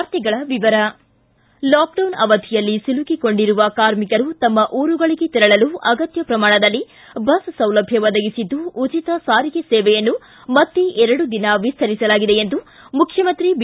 ವಾರ್ತೆಗಳ ವಿವರ ಲಾಕ್ಡೌನ್ ಅವಧಿಯಲ್ಲಿ ಸಿಲುಕಿಕೊಂಡಿರುವ ಕಾರ್ಮಿಕರು ತಮ್ಮ ಊರುಗಳಿಗೆ ತೆರಳಲು ಅಗತ್ಯ ಪ್ರಮಾಣದಲ್ಲಿ ಬಸ್ ಸೌಲಭ್ಯ ಒದಗಿಸಿದ್ದು ಉಚಿತ ಸಾರಿಗೆ ಸೇವೆಯನ್ನು ಮತ್ತೆ ಎರಡು ದಿನ ವಿಸ್ತರಿಸಲಾಗಿದೆ ಎಂದು ಮುಖ್ಯಮಂತ್ರಿ ಬಿ